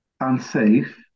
unsafe